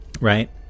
Right